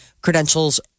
credentials